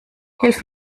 hilf